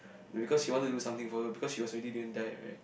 no because he wanted to do something for her because she was already going die right